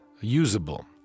usable